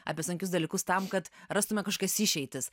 apie sunkius dalykus tam kad rastume kažkokias išeitis